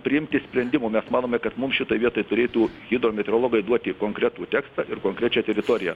priimti sprendimų mes manome kad mums šitoj vietoj turėtų hidrometeorologai duoti konkretų tekstą ir konkrečią teritoriją